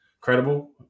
credible